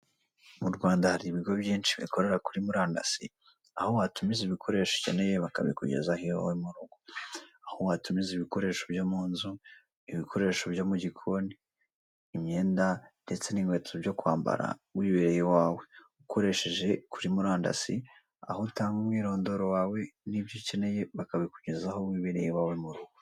Mu Rwanda hari ibigo byinshi bikorera kuri murandasi aho watumiza ibikoresho ukeneye bakabikugezaho iwawe mu rugo aho watumiza ibikoresho byo mu nzu, ibikoresho byo mu gikoni, imyenda ndetse n'inkweto byo kwambara wibereye iwawe ukoresheje kuri murandasi aho utanga umwirondoro n'ibyo ukeneye bakabikugezaho wibereye iwawe mu rugo.